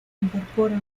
incorpora